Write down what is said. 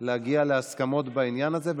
להגיע להסכמות בעניין הזה,